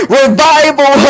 revival